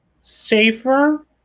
safer